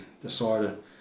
decided